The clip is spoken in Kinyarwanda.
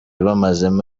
bamazemo